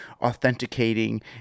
authenticating